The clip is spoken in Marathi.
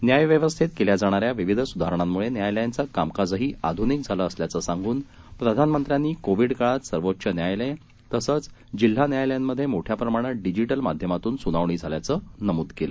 न्यायव्यवस्थेतकेल्याजाणाऱ्याविविधसुधारणांमुळेन्यायालयांचंकामकाजहीआध्निकझालंअसल्याचंसांगूनप्रधानमंत्र्यांनी कोविडकाळातसर्वोच्चन्यायालय तसंचजिल्हान्यायालयांमध्येमोठ्याप्रमाणातडिजिटलमाध्यमातूनसुनावणीझाल्याचंनमूदकेलं